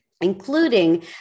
including